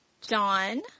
John